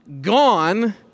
gone